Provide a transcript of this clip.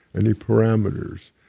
any parameters.